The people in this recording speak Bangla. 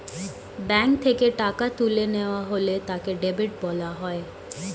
ব্যাঙ্ক থেকে টাকা তুলে নেওয়া হলে তাকে ডেবিট করা বলা হয়